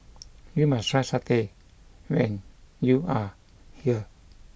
you must try Satay when you are here